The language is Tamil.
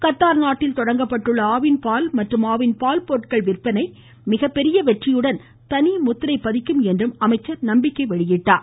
கத்தார் நாட்டில் தொடங்கப்பட்டுள்ள ஆவின் பால் மற்றும் ஆவின் பால் பொருட்கள் விற்பனை மிகப்பெரிய வெற்றியுடன் தனி முத்திரை பதிக்கும் என்று அவர் நம்பிக்கை தெரிவித்திருக்கிறார்